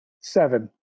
seven